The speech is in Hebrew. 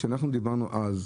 כשאנחנו דיברנו אז,